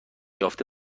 یافته